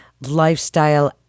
lifestyle